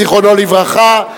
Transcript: זיכרונו לברכה,